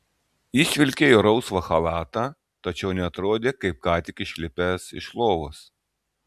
jis vilkėjo rausvą chalatą tačiau neatrodė kaip ką tik išlipęs iš lovos